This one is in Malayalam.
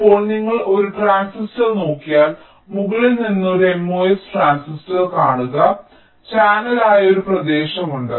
ഇപ്പോൾ നിങ്ങൾ ഒരു ട്രാൻസിസ്റ്റർ നോക്കിയാൽ മുകളിൽ നിന്ന് ഒരു MOS ട്രാൻസിസ്റ്റർ കാണുക ചാനൽ ആയ ഒരു പ്രദേശമുണ്ട്